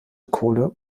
kohle